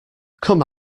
come